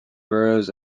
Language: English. boroughs